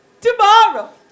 Tomorrow